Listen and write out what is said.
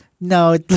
No